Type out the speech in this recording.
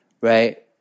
right